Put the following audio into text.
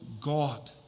God